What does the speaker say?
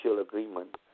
agreement